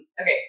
okay